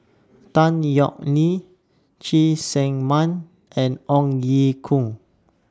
Tan Yeok Nee Cheng Tsang Man and Ong Ye Kung